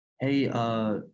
hey